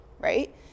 Right